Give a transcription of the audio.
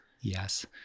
yes